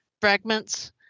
fragments